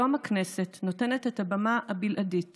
היום הכנסת נותנת את הבמה הבלעדית